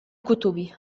كتبي